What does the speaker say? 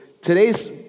today's